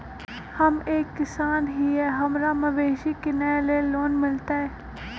हम एक किसान हिए हमरा मवेसी किनैले लोन मिलतै?